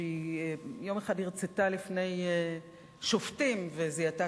שהיא הרצתה יום אחד לפני שופטים וזיהתה